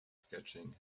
sketching